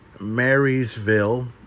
Marysville